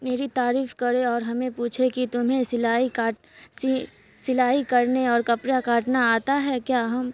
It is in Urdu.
میری تعریف کرے اور ہمیں پوچھے کہ تمہیں سلائی کاٹ سی سلائی کرنے اور کپڑا کاٹنا آتا ہے کیا ہم